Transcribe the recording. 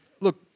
look